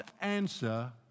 answer